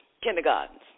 kindergartens